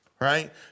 right